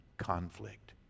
conflict